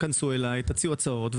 כנסו אליי, תציעו הצעות.